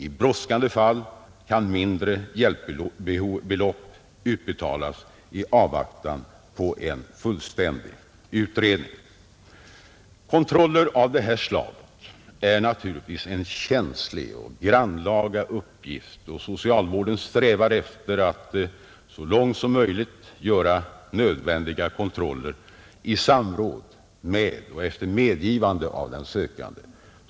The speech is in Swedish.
I brådskande fall kan mindre hjälpbelopp utbetalas i avvaktan på en fullständig utredning. Kontroller av det här slaget är naturligtvis en känslig och grannlaga uppgift, och socialvården strävar efter att så långt som möjligt göra nödvändiga kontroller i samråd med och efter medgivande av den sökande.